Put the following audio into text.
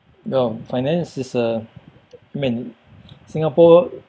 oh finance is a I mean Singapore